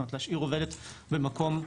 להשאיר עובדת במקום כזה.